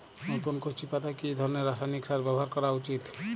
নতুন কচি পাতায় কি ধরণের রাসায়নিক সার ব্যবহার করা উচিৎ?